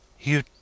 You